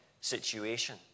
situation